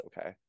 okay